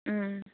ம்